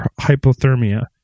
hypothermia